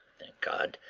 thank god,